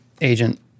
agent